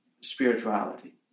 spirituality